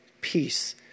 peace